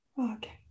okay